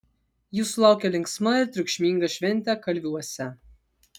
jūsų laukia linksma ir triukšminga šventė kalviuose